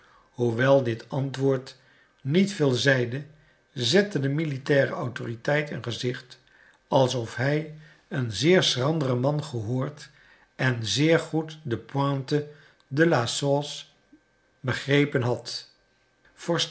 hoewel dit antwoord niet veel zeide zette de militaire autoriteit een gezicht alsof hij een zeer schranderen man gehoord en zeer goed de pointe de la sauce begrepen had